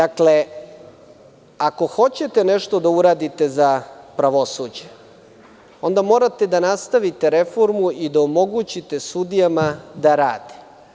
Ako hoćete nešto da uradite za pravosuđe, onda morate da nastavite reformu i da omogućite sudijama da rade.